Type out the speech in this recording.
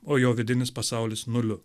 o jo vidinis pasaulis nuliu